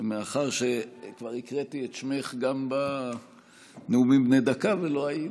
מאחר שכבר הקראתי את שמך גם בנאומים בני דקה ולא היית,